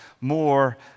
more